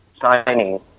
signing